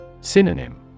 Synonym